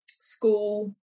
school